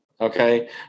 okay